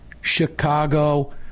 Chicago